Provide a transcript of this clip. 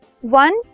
one